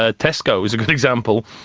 ah tesco is a good example.